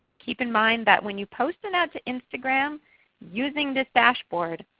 keep in mind that when you post an ad to instagram using this dashboard,